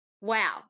wow